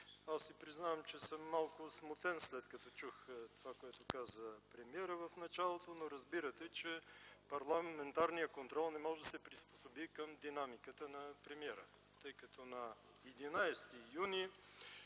Аз си признавам, че съм малко смутен след като чух това, което каза премиера в началото, но разбирате, че парламентарният контрол не може да се приспособи към динамиката на премиера, тъй като на 11 юни